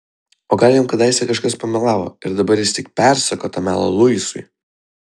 o gal jam kadaise kažkas pamelavo ir dabar jis tik persako tą melą luisui